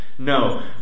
No